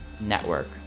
network